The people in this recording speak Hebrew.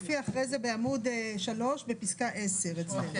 אחרי זה בעמוד 3 בפסקה (10) אצלנו: